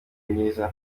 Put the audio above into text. myiza